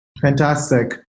Fantastic